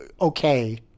okay